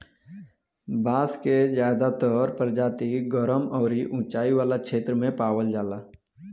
बांस के ज्यादातर प्रजाति गरम अउरी उचाई वाला क्षेत्र में पावल जाला